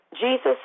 jesus